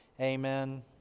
Amen